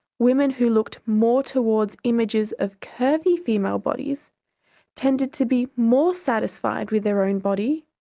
women who looked more towards images of curvy female bodies tended to be more satisfied with their own body,